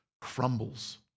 crumbles